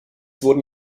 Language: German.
wurden